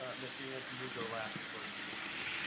ah mr. yancey you go last for closing statements.